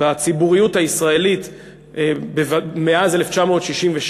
בציבוריות הישראלית מאז 1967,